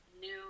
new